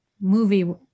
movie